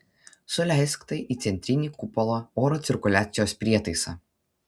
suleisk tai į centrinį kupolo oro cirkuliacijos prietaisą